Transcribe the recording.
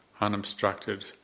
unobstructed